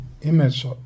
image